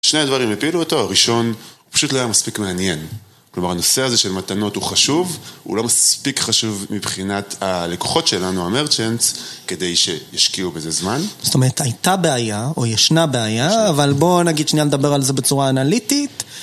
שני הדברים הפילו אותו, הראשון, הוא פשוט לא היה מספיק מעניין. כלומר, הנושא הזה של מתנות הוא חשוב, הוא לא מספיק חשוב מבחינת הלקוחות שלנו, הmerchants, כדי שישקיעו בזה זמן. זאת אומרת, הייתה בעיה, או ישנה בעיה, אבל בואו נגיד שניה לדבר על זה בצורה אנליטית.